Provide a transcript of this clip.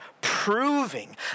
proving